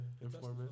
informant